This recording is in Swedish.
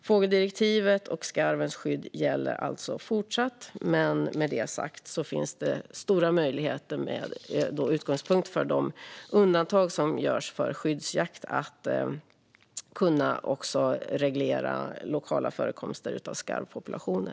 Fågeldirektivet och skyddet för skarv gäller alltså fortsatt. Men med detta sagt finns det stora möjligheter att, med utgångspunkt i de undantag som görs för skyddsjakt, reglera lokala förekomster av skarvpopulationer.